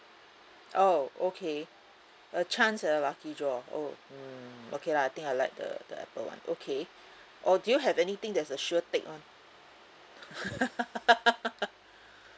oh okay a chance at a lucky draw oh mm okay lah I think I like the the apple one okay or do you have anything that's a sure take [one]